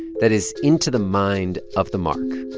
that is, into the mind of the mark.